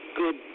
good